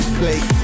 plate